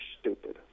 stupid